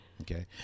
Okay